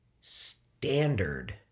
standard